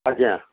ଆଜ୍ଞା